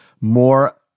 more